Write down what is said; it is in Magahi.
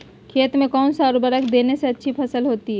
खेत में कौन सा उर्वरक देने से अच्छी फसल होती है?